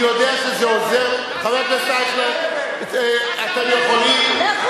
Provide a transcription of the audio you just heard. אני יודע שזה עוזר, חבר הכנסת אייכלר, אתם יכולים,